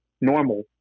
normal